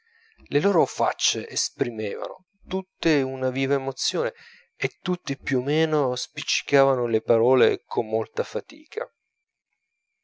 le loro facce esprimevano tutte una viva emozione e tutti più o meno spiccicavano le parole con molta fatica